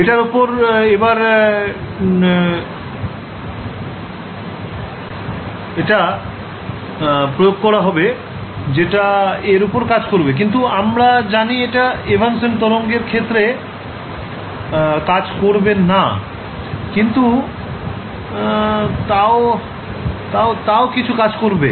এটার ওপর এবার এটা প্রয়োগ করা হবে যেটা এর ওপর কাজ করবে কিন্তু আমরা জানি এটা এভান্সেন্ত তরঙ্গ এর ক্ষেত্রে কাজ করবে না কিন্তু এটা তাও কিছু কাজ করবে